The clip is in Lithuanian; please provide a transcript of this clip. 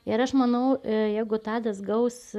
ir aš manau jeigu tadas gaus